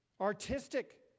Artistic